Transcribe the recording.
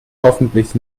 hoffentlich